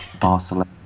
Barcelona